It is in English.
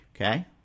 Okay